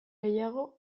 gehiago